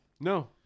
No